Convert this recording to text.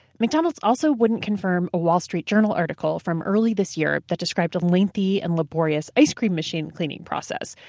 mcdonald's also wouldn't confirm a wall street journal article from early this year that described a lengthy and laborious ice cream machine cleaning process.